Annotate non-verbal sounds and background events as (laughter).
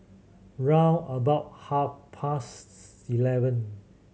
round about half past (unintelligible) eleven